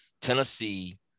Tennessee